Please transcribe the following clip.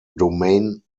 domain